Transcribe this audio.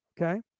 Okay